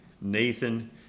Nathan